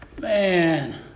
Man